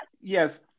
yes